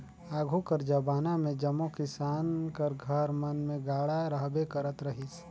आघु कर जबाना मे जम्मो किसान कर घर मन मे गाड़ा रहबे करत रहिस